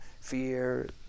fear